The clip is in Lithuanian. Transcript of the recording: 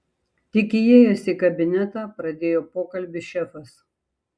tik įėjęs į kabinetą pradėjo pokalbį šefas